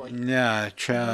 ne čia